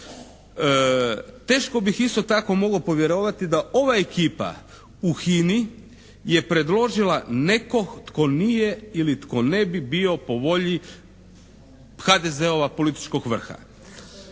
Teško bih isto tako mogao povjerovati da ova ekipa u HINA-i je predložila nekog tko nije ili tko ne bi bio po volji HDZ-ova političkog vrha.